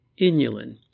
Inulin